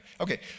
Okay